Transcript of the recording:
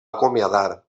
acomiadar